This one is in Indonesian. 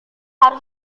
harus